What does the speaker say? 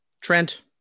Trent